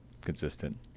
consistent